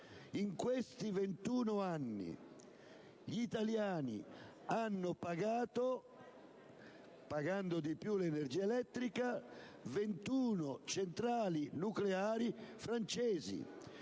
In questi 21 anni, gli italiani hanno, pagando di più l'energia elettrica, pagato 21 centrali nucleari francesi.